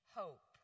hope